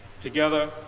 together